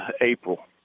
April